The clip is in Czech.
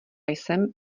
jsem